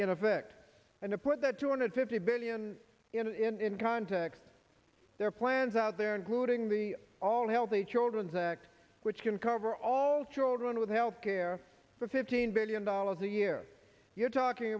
in effect and a put the two hundred fifty billion in context there are plans out there including the all healthy children's act which can cover all children with health care for fifteen billion dollars a year you're talking